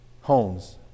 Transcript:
homes